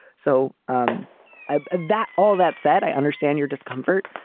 so um ah that all that said, i understand your discomfort.